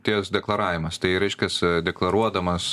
ties deklaravimas tai reiškias deklaruodamas